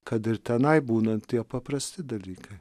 kad ir tenai būna tie paprasti dalykai